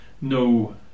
No